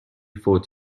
فوت